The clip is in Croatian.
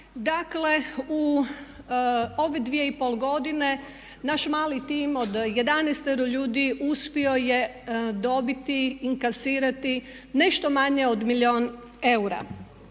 Dakle, u ove 2,5 godine naš mali tim od 11 ljudi uspio je dobiti inkasirati nešto manje od milijun eura.